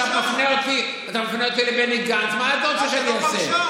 אתה מפנה אותי לבני גנץ, מה אתה רוצה שאני אעשה?